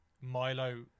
Milo